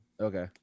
Okay